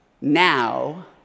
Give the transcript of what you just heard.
now